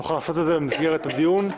נוכל לעשות את זה במסגרת דיון.